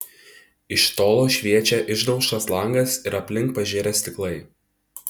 iš tolo šviečia išdaužtas langas ir aplink pažirę stiklai